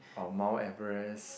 or Mount-Everest